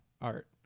art